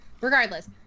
Regardless